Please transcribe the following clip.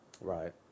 Right